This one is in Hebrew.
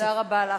תודה רבה לך,